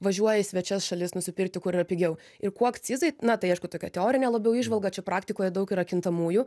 važiuoja į svečias šalis nusipirkti kur yra pigiau ir kuo akcizai na tai aišku tokia teorinė labiau įžvalga čia praktikoje daug yra kintamųjų